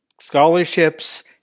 Scholarships